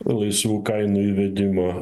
laisvų kainų įvedimo